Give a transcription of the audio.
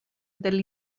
del